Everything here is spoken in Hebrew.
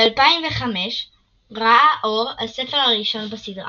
ב-2005 ראה אור הספר הראשון בסדרה.